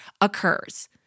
occurs